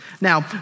Now